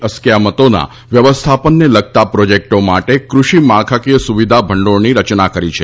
અસ્કયામતોનાં વ્યવસ્થાપનને લગતા પ્રોજેક્ટો માટે કૃષિ માળખાકીય સુવિધા ભંડોળની રચના કરી છે